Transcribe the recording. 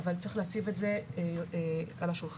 אבל צריך להציב את זה שוב עכל השולחן.